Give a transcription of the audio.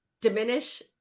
diminish